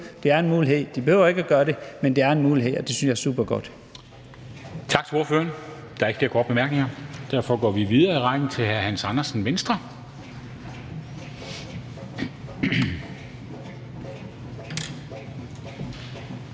det er en mulighed. De behøver ikke at gøre det, men det er en mulighed, og det synes jeg er supergodt.